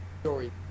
story